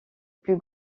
plus